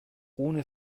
ohne